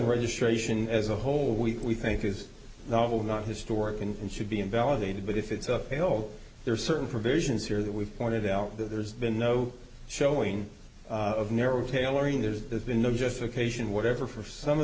registration as a whole we think is novel not historic and should be invalidated but if it's a failed there are certain provisions here that we've pointed out that there's been no showing of narrow tailoring there's been no justification whatever for some of